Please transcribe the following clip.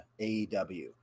AEW